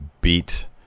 beat